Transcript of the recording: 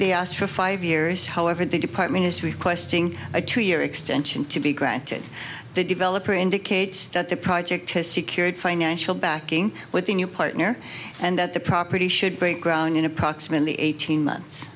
they asked for five years however the department is requesting a two year extension to be granted the developer indicates that the project has secured financial backing with a new partner and that the property should break ground in approximately eighteen months